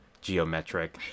geometric